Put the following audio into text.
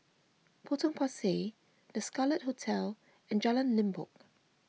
Potong Pasir the Scarlet Hotel and Jalan Limbok